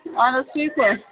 اَہن حظ ٹھیٖک پٲٹھۍ